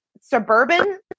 suburban